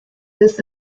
this